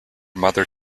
mother